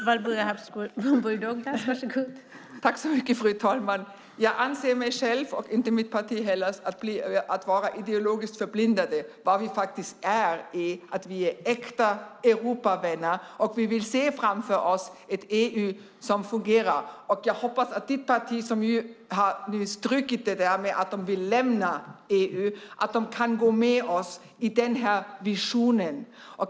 Fru talman! Jag anser inte att jag själv eller mitt parti är ideologiskt förblindade. Äkta Europavänner är vad vi faktiskt är. Vi vill se framför oss ett EU som fungerar. Jag hoppas att ditt parti som nu har strukit det där med att ni vill lämna EU kan gå med oss i den här visionen.